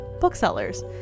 Booksellers